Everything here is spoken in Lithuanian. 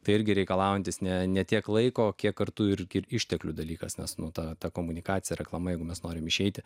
tai irgi reikalaujantis ne ne tiek laiko kiek kartų ir išteklių dalykas nes nu ta ta komunikacija reklama jeigu mes norime išeiti